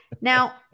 Now